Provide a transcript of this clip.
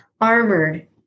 armored